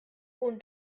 und